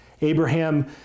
Abraham